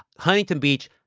huntington beach,